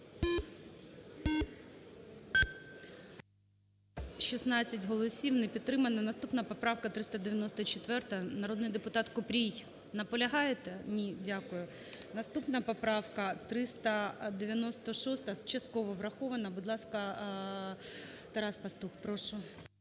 За-16 Не підтримана. Наступна поправка 394, народний депутат Купрій. Наполягаєте? Ні. Дякую. Наступна поправка 396 частково врахована. Будь ласка, Тарас Пастух, прошу.